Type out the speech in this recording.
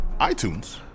iTunes